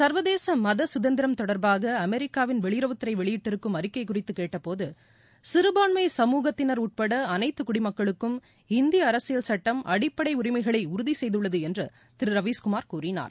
சர்வதேச மத குதந்திரம் தொடர்பாக அமெரிக்காவின் வெளியுறவுத்துறை வெளியிட்டிருக்கும் அறிக்கை குறித்து கேட்டபோது சிறுபான்மை சமூகத்தினர் உட்பட அனைத்து குடிமக்களுக்கும் இந்திய அரசியல் சட்டம் அடிப்படை உரிமைகளை உறுதி செய்துள்ளது என்று திரு ரவிஷ் குமார் கூறினார்